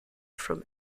from